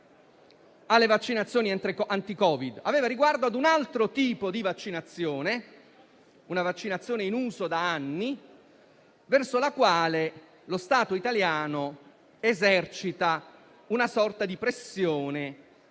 le vaccinazioni anti-Covid-19. Aveva riguardo ad un altro tipo di vaccinazione, una vaccinazione in uso da anni, verso la quale lo Stato italiano esercita una sorta di pressione